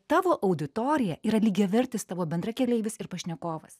tavo auditorija yra lygiavertis tavo bendrakeleivis ir pašnekovas